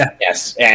Yes